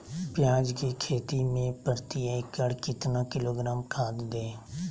प्याज की खेती में प्रति एकड़ कितना किलोग्राम खाद दे?